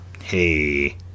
Hey